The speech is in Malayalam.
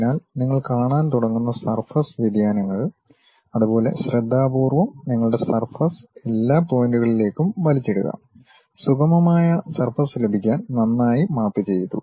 അതിനാൽ നിങ്ങൾ കാണാൻ തുടങ്ങുന്ന സർഫസ് വ്യതിയാനങ്ങൾ അതുപോലെ ശ്രദ്ധാപൂർവ്വം നിങ്ങളുടെ സർഫസ് എല്ലാ പോയിന്റുകളിലേക്കും വലിച്ചിടുക സുഗമമായ സർഫസ് ലഭിക്കാൻ നന്നായി മാപ്പു ചെയ്തു